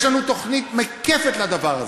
יש לנו תוכנית מקפת לדבר הזה.